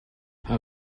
how